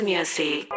Music